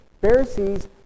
Pharisees